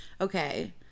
Okay